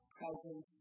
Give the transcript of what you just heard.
present